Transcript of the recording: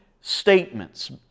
statements